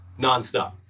nonstop